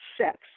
sex